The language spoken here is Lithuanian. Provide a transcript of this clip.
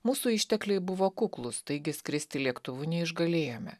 mūsų ištekliai buvo kuklūs taigi skristi lėktuvu neišgalėjome